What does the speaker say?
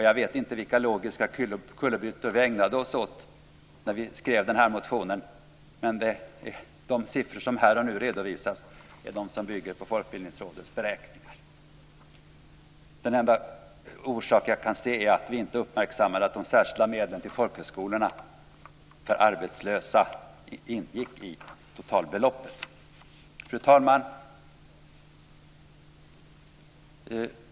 Jag vet inte vilka logiska kullerbyttor vi ägnade oss åt när vi skrev motionen. Men de siffror som här och nu redovisas bygger på Folkbildningsrådets beräkningar. Den enda orsak jag kan se är att vi inte uppmärksammade att de särskilda medlen till folkhögskolorna för arbetslösa ingick i totalbeloppet. Fru talman!